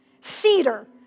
Cedar